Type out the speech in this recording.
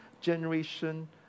generation